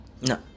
no